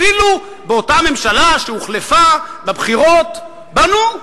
אפילו באותה ממשלה, שהוחלפה בבחירות, בנו.